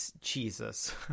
Jesus